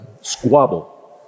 squabble